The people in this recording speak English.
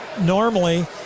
normally